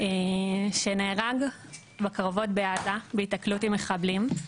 שנהרג בקרבות בעזה בהיתקלות עם מחבלים,